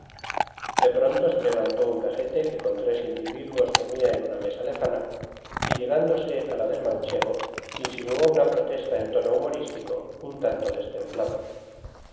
de pronto se levantó un vejete que con tres individuos comía en una mesa lejana y llegándose a la del manchego insinuó una protesta en tono humorístico un tanto destemplado